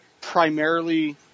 primarily